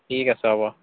ঠিক আছে হ'ব